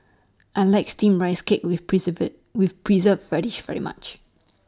I like Steamed Rice Cake with Preserved with Preserved Radish very much